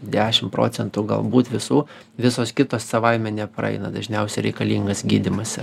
dešim procentų galbūt visų visos kitos savaime nepraeina dažniausia reikalingas gydymas yra